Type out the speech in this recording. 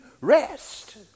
rest